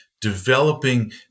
developing